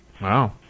Wow